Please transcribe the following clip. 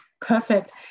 Perfect